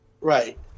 right